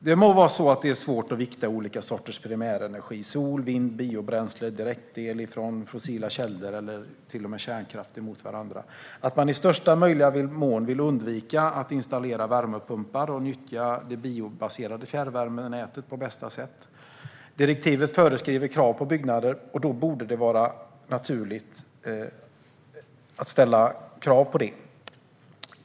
Det må vara så att det är svårt att vikta olika sorters primärenergi - sol, vind, biobränsle, direktel från fossila källor eller till och med kärnkraft - mot varandra och att man i största möjliga mån vill undvika att installera värmepumpar och nyttja det biobaserade fjärrvärmenätet på bästa sätt. Direktivet föreskriver dock krav på byggnader, och då borde det vara naturligt att ställa krav på detta.